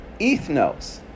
ethnos